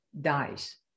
dies